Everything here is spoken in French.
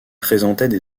présentaient